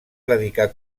dedicar